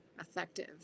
effective